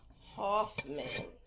Hoffman